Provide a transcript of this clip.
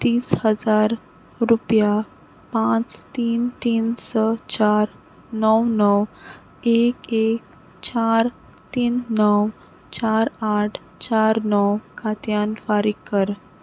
तीस हजार रुपया पांच तीन तीन स चार णव णव एक एक चार तीन णव चार आठ चार णव खात्यांत फारीक कर